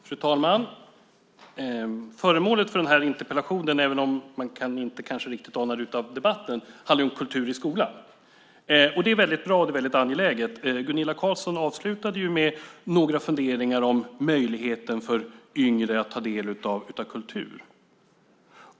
Fru talman! Föremålet för den här interpellationen, även om man kanske inte kan ana det av debatten, är kultur i skolan. Det är väldigt bra och angeläget. Gunilla Carlsson avslutade med några funderingar om möjligheten för yngre att ta del av kultur.